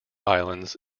islands